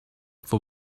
for